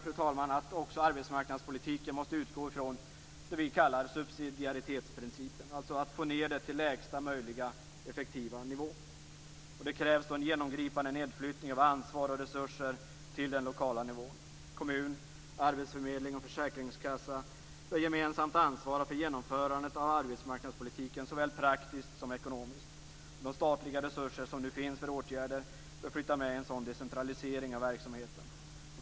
Vi menar att arbetsmarknadspolitiken också måste utgå ifrån det vi kallar subsidiaritetsprincipen, dvs. den måste föras ned till lägsta möjliga effektiva nivå. Då krävs det en genomgripande nedflyttning av ansvar och resurser till den lokala nivån. Kommun, arbetsförmedling och försäkringskassa bör gemensamt ansvara för genomförandet av arbetsmarknadspolitiken såväl praktiskt som ekonomiskt. De statliga resurser som nu finns för åtgärder bör flytta med i en sådan decentralisering av verksamheten.